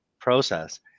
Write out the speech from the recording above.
process